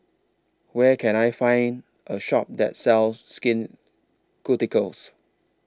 Where Can I Find A Shop that sells Skin Ceuticals